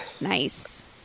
Nice